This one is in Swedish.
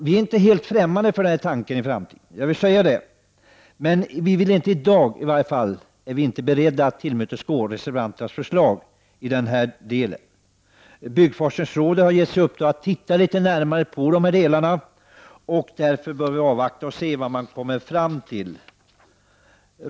Vi är inte helt främmande för den tanken i framtiden — jag vill säga det — men vi är i varje fall inte i dag beredda att tillmötesgå reservanternas förslag i den delen. Byggforskningsrådet har givits i uppdrag att titta närmare på de här sakerna. Därför bör vi avvakta och se vad man kommer fram till.